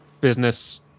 business